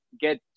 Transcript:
get